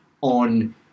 on